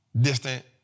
distant